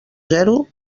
zero